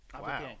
Wow